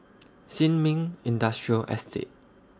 Sin Ming Industrial Estate